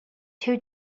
two